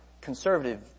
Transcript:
conservative